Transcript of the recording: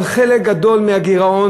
אבל חלק גדול מהגירעון,